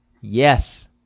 yes